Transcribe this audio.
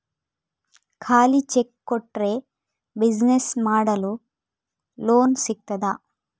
ಖಾಲಿ ಚೆಕ್ ಕೊಟ್ರೆ ಬಿಸಿನೆಸ್ ಮಾಡಲು ಲೋನ್ ಸಿಗ್ತದಾ?